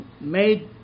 made